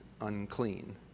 unclean